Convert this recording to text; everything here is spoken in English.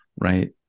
right